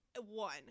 one